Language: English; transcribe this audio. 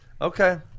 Okay